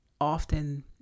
often